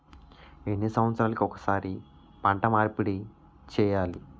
ఎన్ని సంవత్సరాలకి ఒక్కసారి పంట మార్పిడి చేయాలి?